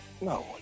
no